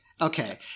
Okay